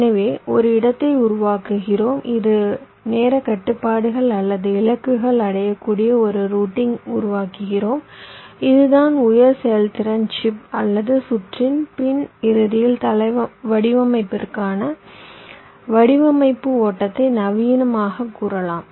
எனவே ஒரு இடத்தை உருவாக்குகிறோம் இறுதி நேரக் கட்டுப்பாடுகள் அல்லது இலக்குகள் அடையக்கூடிய ஒரு ரூட்டிங் உருவாக்குகிறோம் இதுதான் உயர் செயல்திறன் சிப் அல்லது சுற்றின் பின் இறுதியில் வடிவமைப்பிற்கான வடிவமைப்பு ஓட்டத்தை நவீனமாகக் கூறலாம்